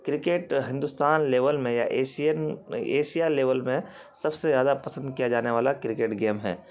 cricket Hindustan level میں یا Asian Asia level میں سب سے زیادہ پسند کیا جانے والا کرکٹ گیم ہے